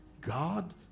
God